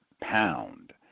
pound